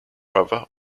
brother